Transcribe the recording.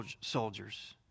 soldiers